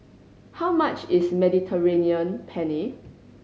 how much is Mediterranean Penne